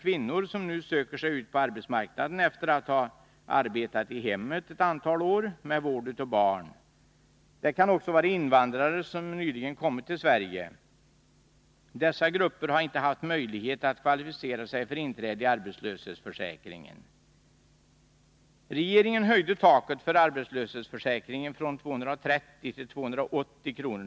kvinnor som söker sig ut på arbetsmarknaden efter att ett antal år ha arbetat i hemmet med vård av barn. Det kan också gälla invandrare som nyligen har kommit till Sverige. Dessa grupper har inte haft möjlighet att kvalificera sig för inträde i arbetslöshetsförsäkringen. Regeringen höjde taket för arbetslöshetsförsäkringen från 230 kr. till 280 kr.